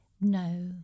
no